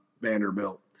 Vanderbilt